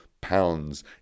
pounds